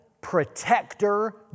protector